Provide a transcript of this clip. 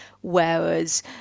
whereas